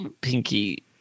pinky